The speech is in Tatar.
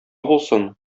булсын